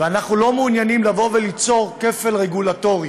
ואנחנו לא מעוניינים לבוא וליצור כפל רגולטורי.